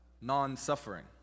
non-suffering